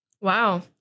Wow